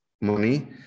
money